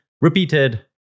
repeated